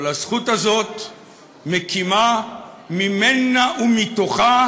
אבל הזכות הזאת מקימה ממנה ומתוכה,